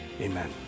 Amen